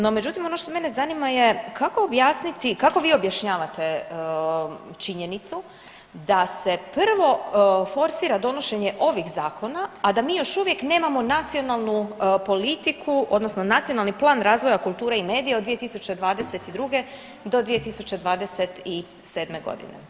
No međutim ono što mene zanima je kako objasniti, kako vi objašnjavate činjenicu da se prvo forsira donošenje ovih zakona, a da mi još uvijek nemamo nacionalnu politiku odnosno Nacionalni plan razvoja kulture i medija od 2022. do 2027.g.